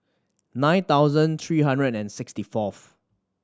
nine thousand three hundred and sixty fourth